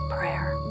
Prayer